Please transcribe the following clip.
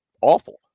awful